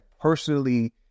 personally